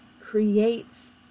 creates